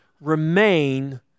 remain